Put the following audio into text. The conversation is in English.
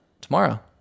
tomorrow